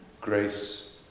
grace